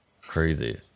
Crazy